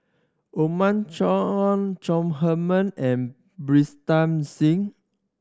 Othman Chong Chong Heman and Pritam Singh